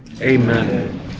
Amen